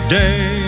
day